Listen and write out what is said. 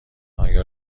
آیا